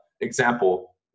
example